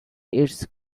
its